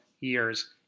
years